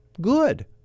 good